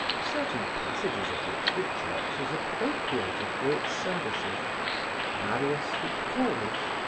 certain passages of which the church has appropriated for its services marius victorius,